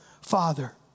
Father